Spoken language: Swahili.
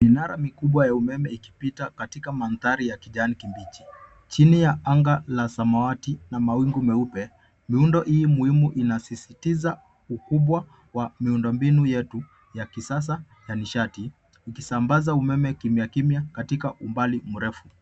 Minara mikubwa ya umeme ikipita katika mandhari ya kijani kibichi. Chini ya anga la samawati na mawingu meupe. Miundo ili muhimu inasisitiza ukubwa wa miundombinu yetu ya kisasa ya nishati. Ukisambaza umeme kimyakimya katika umbali mrefu.